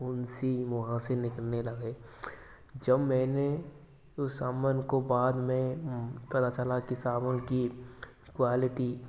फुंसी मुंहासे निकलने लगे जब मैंने उस सामन को बाद में पता चला की साबुन की क्वालिटी